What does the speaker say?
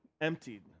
emptied